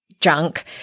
junk